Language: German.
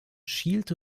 schielte